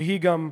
שהיא גם,